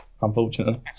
unfortunately